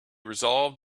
resolved